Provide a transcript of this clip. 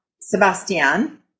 Sebastian